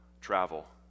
Travel